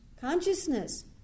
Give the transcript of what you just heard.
consciousness